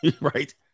right